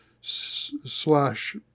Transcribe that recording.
slash